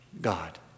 God